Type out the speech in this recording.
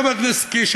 חבר הכנסת קיש,